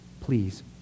Please